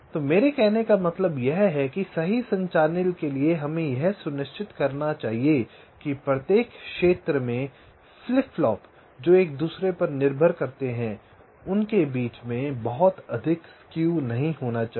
तो मेरे कहने का मतलब यह है कि सही संचालन के लिए हमें यह सुनिश्चित करना चाहिए कि प्रत्येक क्षेत्र में फ्लिप फ्लॉप जो एक दूसरे पर निर्भर करते है उनके बीच में बहुत अधिक स्क्यू नहीं होना चाहिए